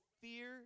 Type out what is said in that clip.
fear